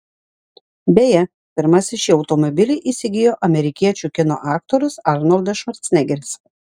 beje pirmasis šį automobilį įsigijo amerikiečių kino aktorius arnoldas švarcnegeris